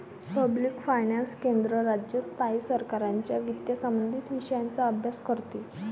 public finance केंद्र, राज्य, स्थायी सरकारांच्या वित्तसंबंधित विषयांचा अभ्यास करते